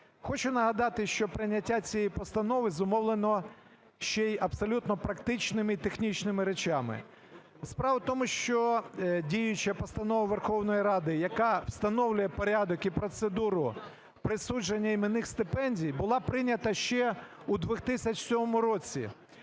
Хочу нагадати, що прийняття цієї постанови зумовлено ще й абсолютно практичними і технічними речами. Справа в тому, що діюча постанова Верховної Ради, яка встановлює порядок і процедуру присудження іменних стипендій, була прийнята ще у 2007 році